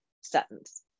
sentence